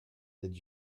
did